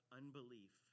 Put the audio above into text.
unbelief